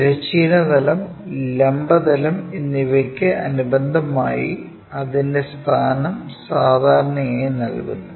തിരശ്ചീന തലം ലംബ തലം എന്നിവയ്ക്ക് അനുബന്ധമായി അതിന്റെ സ്ഥാനം സാധാരണയായി നൽകുന്നു